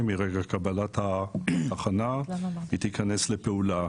מרגע קבלת התחנה היא תיכנס לפעולה.